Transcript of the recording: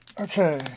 Okay